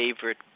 favorite